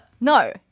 No